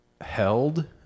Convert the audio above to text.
held